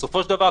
בסופו של דבר,